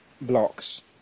blocks